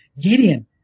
Gideon